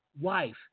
wife